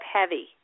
heavy